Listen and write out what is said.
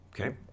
Okay